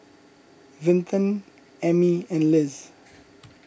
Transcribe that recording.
Vinton Emmy and Liz